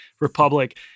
Republic